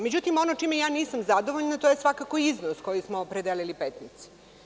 Međutim, ono čime ja nisam zadovoljna to je, svakako, iznos koji smo opredelili Petnici.